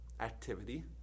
activity